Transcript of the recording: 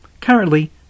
Currently